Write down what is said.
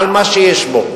על מה שיש בו,